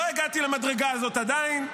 לא הגעתי למדרגה הזאת עדיין,